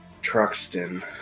Truxton